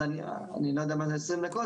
אני לא יודע מה זה עשרים דקות,